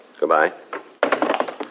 Goodbye